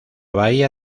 bahía